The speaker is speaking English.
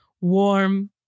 warm